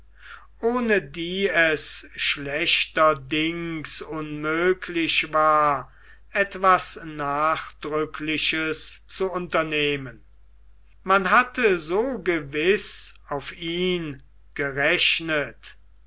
ohne die es schlechterdings unmöglich war etwas nachdrückliches zu unternehmen man hatte so gewiß auf ihn gerechnet